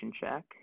check